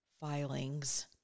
filings